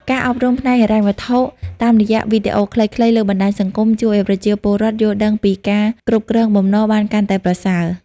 ការអប់រំផ្នែកហិរញ្ញវត្ថុតាមរយៈវីដេអូខ្លីៗលើបណ្ដាញសង្គម ជួយឱ្យប្រជាពលរដ្ឋយល់ដឹងពីការគ្រប់គ្រងបំណុលបានកាន់តែប្រសើរ។